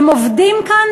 הם עובדים כאן